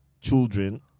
children